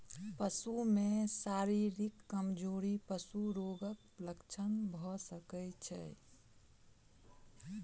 पशु में शारीरिक कमजोरी पशु रोगक लक्षण भ सकै छै